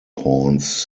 pawns